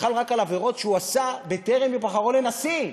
חל רק על עבירות שהוא עשה טרם היבחרו לנשיא.